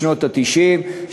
בשנות ה-90,